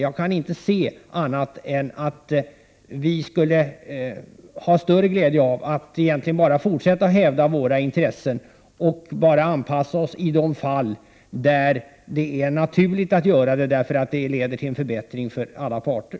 Jag kan inte se annat än att vi skulle ha större glädje av att bara fortsätta att hävda våra intressen och anpassa oss endast i de fall där det är naturligt att göra det därför att det leder till en förbättring för alla parter.